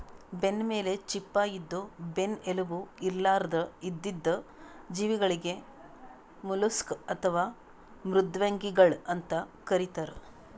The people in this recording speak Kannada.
ಬೆನ್ನಮೇಲ್ ಚಿಪ್ಪ ಇದ್ದು ಬೆನ್ನ್ ಎಲುಬು ಇರ್ಲಾರ್ದ್ ಇದ್ದಿದ್ ಜೀವಿಗಳಿಗ್ ಮಲುಸ್ಕ್ ಅಥವಾ ಮೃದ್ವಂಗಿಗಳ್ ಅಂತ್ ಕರಿತಾರ್